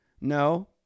No